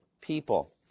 people